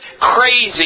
crazy